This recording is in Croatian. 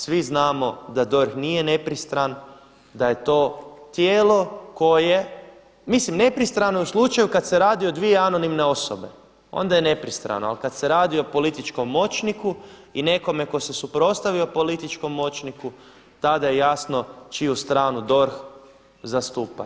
Svi znamo da DORH nije nepristran, da je to tijelo koje, mislim, nepristrano u slučaju kad se radi o dvije anonimne osobe onda je nepristrano, ali kada se radi o političkom moćniku i nekome tko se suprotstavio političkom moćniku, tada je jasno čiju stranu DORH zastupa.